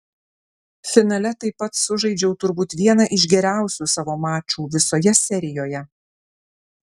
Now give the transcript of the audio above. finale taip pat sužaidžiau turbūt vieną iš geriausių savo mačų visoje serijoje